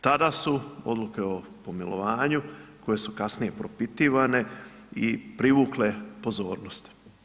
Tada su odluke o pomilovanje koje su kasnije propitivane i privukle pozornost.